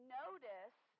notice